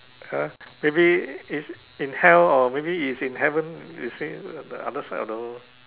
!huh! maybe is in hell or maybe is in heaven you see in the other side of the world